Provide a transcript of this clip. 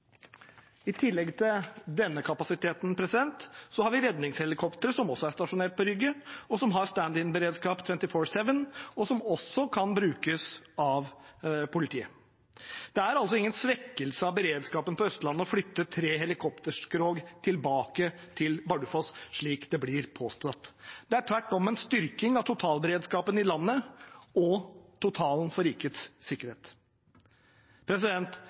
I tillegg til denne kapasiteten har vi redningshelikoptre som også er stasjonert på Rygge, og som har stand by-beredskap 24/7, og som også kan brukes av politiet. Det er altså ingen svekkelse av beredskapen på Østlandet å flytte tre helikopterskrog tilbake til Bardufoss, slik det blir påstått. Det er tvert imot en styrking av totalberedskapen i landet og totalen for rikets sikkerhet.